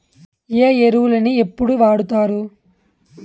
ఏ ఎరువులని ఎప్పుడు వాడుతారు?